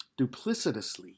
Duplicitously